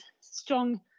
strong